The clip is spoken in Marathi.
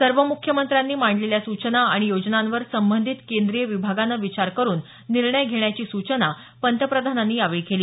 सर्व म्ख्यमंत्र्यांनी मांडलेल्या सूचना आणि योजनांवर संबंधित केंद्रीय विभागाने विचार करून निर्णय घेण्याची सूचनाही पंतप्रधानांनी केली